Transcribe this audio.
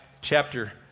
chapter